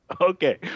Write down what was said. Okay